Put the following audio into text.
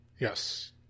Yes